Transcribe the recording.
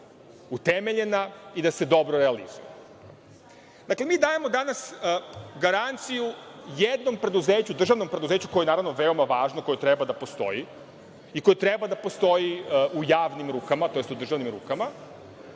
utemeljena i da se dobro realizuje. Dakle, mi dajemo danas garanciju jednom državnom preduzeću koje je veoma važno, koje treba da postoji i koje treba da postoji u javnim rukama, to jest u državnim rukama,